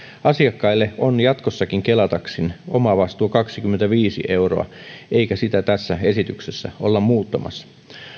asiakkaille on jatkossakin kela taksin omavastuu kaksikymmentäviisi euroa eikä sitä tässä esityksessä olla muuttamassa